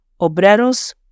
Obreros